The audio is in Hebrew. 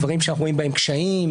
דברים שאנחנו רואים בהם קשיים,